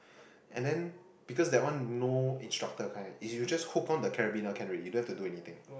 and then because that one no instructor kind is you just hook on the carabiner can already you don't have to do anything